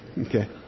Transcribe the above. Okay